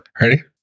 Ready